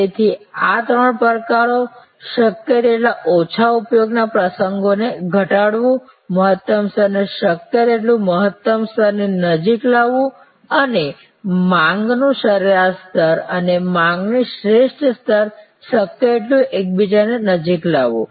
તેથી આ ત્રણ પડકારો શક્ય તેટલા ઓછા ઉપયોગના પ્રસંગોને ઘટાડવું મહત્તમ સ્તરને શક્ય તેટલું મહત્તમ સ્તરની નજીક લાવવું અને માંગનું સરેરાશ સ્તર અને માંગનું શ્રેષ્ઠ સ્તર શક્ય તેટલું એકબીજાની નજીક લાવવું